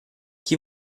chi